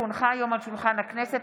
כי הונחה היום על שולחן הכנסת,